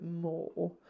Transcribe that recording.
more